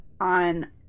on